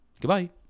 goodbye